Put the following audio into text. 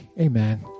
Amen